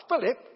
Philip